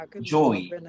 joy